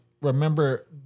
remember